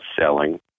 selling